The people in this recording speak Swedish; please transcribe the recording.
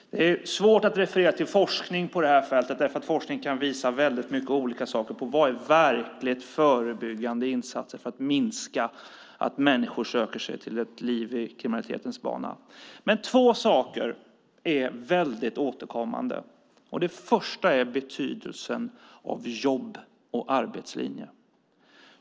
Det är svårt att referera till forskning på detta fält därför att forskning kan visa många olika saker när det gäller vad som är verkligt förebyggande insatser för att minska riskerna för att människor söker sig till ett kriminellt liv. Två saker återkommer ofta. Den första är betydelsen av jobb och arbetslinje.